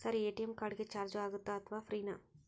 Sir ATM card ಗೆ charge ಆಗುತ್ತಾ ಅಥವಾ ಫ್ರೇ ನಾ?